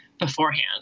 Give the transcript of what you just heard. Beforehand